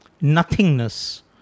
nothingness